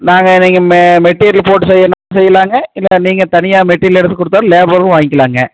நாங்கள் நீங்கள் மெ மெட்டீரியல் போட்டு செய்யணும்ன்னா செய்யலாம்ங்க இல்லை நீங்கள் தனியாக மெட்டீரியல் எடுத்து கொடுத்தாலும் லேபரும் வாங்கிக்கலாம்ங்க